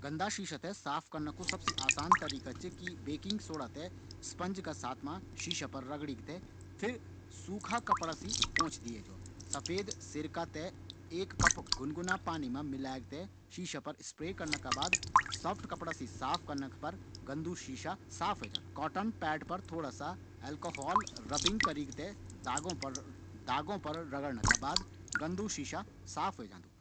गंदा शीशा थें साफ करना कू सबसे आसान तरीका च बेकिंग सोडा थें स्पंज का साथ शीशा पर रगड़ीक थें फिर सूखा कपड़ा से पोंछे जौ। सफ़ेद सिरका थें एक कप गुनगुना पाणी मा मिलेक शीशा पर स्प्रे करना का बाद सॉफ्ट कपड़ा से साफ करना पर गंदु शीशा साफ ह्वे जांदू। कॉटन पैड पर थोड़ा सा ऐल्कोहौल रबिंग करीक थें दागों पर रगड़ना से शीशा साफ ह्वे जांदू।